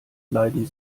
leiden